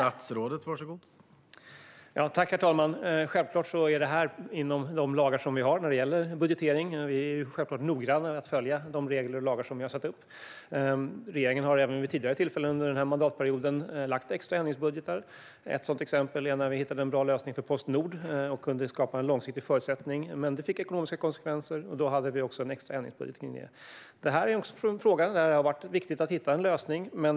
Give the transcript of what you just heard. Herr talman! Självklart är det här inom de lagar som vi har när det gäller budgetering. Vi är självklart noggranna med att följa de regler och lagar som vi har satt upp. Regeringen har även vid tidigare tillfällen under den här mandatperioden lagt fram extra ändringsbudgetar. Ett sådant exempel var när vi hittade en bra lösning för Postnord och kunde skapa en långsiktig förutsättning, men det fick ekonomiska konsekvenser, och då hade vi också en extra ändringsbudget för det. Det här är också en fråga där det har varit viktigt att hitta en lösning.